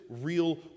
real